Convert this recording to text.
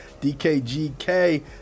DKGK